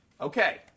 Okay